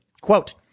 Quote